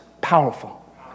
powerful